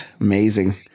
amazing